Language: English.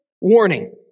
warning